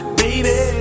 baby